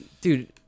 dude